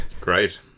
Great